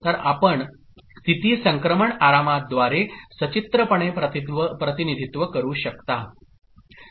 तर आपण स्थिती संक्रमण आरामाद्वारे सचित्रपणे प्रतिनिधित्व करू शकता